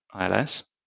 ILS